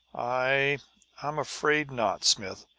i i'm afraid not, smith.